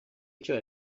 icyo